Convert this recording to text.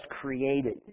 created